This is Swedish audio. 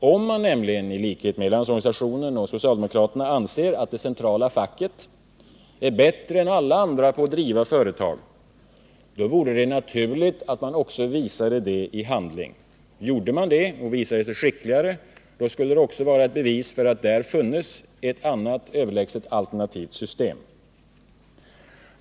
Om man nämligen i likhet med Landsorganisationen och socialdemokraterna anser att det centrala facket är bättre än alla andra på att driva företag, vore det naturligt att man också visade det i handling. Gjorde man det och visade sig skickligare, skulle det också vara ett bevis för att här funnes ett överlägset alternativt system.